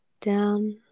down